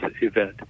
event